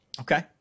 Okay